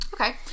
Okay